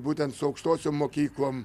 būtent su aukštosiom mokyklom